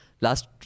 Last